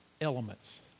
elements